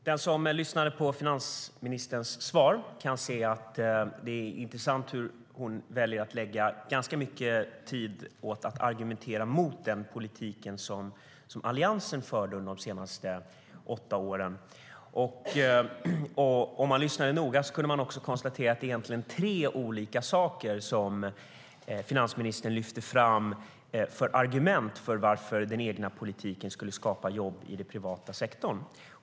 Den som lyssnade på finansministerns svar kunde höra det intressanta att hon väljer att lägga ganska mycket tid på att argumentera mot den politik som Alliansen fört under de senaste åtta åren. Om man lyssnade noga kunde man också konstatera att det egentligen är tre olika saker som finansministern lyfter fram som argument för att den egna politiken skulle skapa jobb i den privata sektorn.